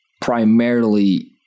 primarily